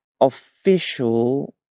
official